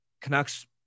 Canucks